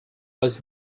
was